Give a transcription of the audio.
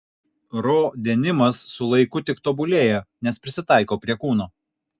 ro denimas su laiku tik tobulėja nes prisitaiko prie kūno